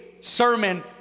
sermon